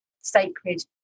sacred